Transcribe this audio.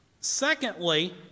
Secondly